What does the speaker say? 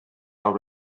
awr